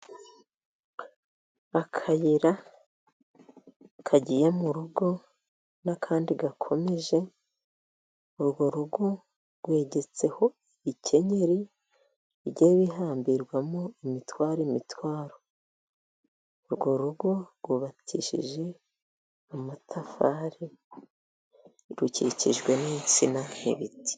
Akayira kagiye mu rugo n'akandi gakomeje. Urwo rugo rwegetseho ibikenyeri bigiye bihambirwamo imitware imitwaro. Urwo rugo rwubakishije amatafari, rukikijwe n'insina n'ibiti.